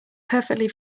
perfectly